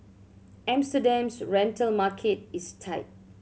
Amsterdam's rental market is tight